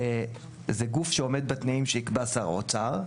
זה גוף שעומד בתנאים שיקבע שר האוצר,